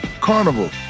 Carnival